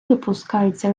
допускається